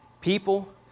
people